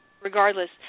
regardless